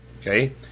okay